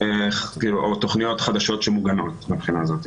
או תכניות חדשות שמוגנות מבחינה זאת.